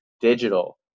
digital